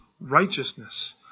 righteousness